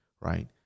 right